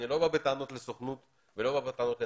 אני לא בא בטענות לסוכנות ולא בא בטענות לנתיב.